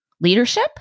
leadership